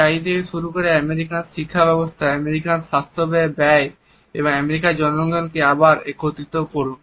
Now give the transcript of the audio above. চাকরি থেকে শুরু করে আমেরিকান শিক্ষাব্যবস্থা আমেরিকান স্বাস্থ্যখাতে ব্যয় এবং আমেরিকান জনগণকে আবার একত্রিত করুন